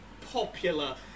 popular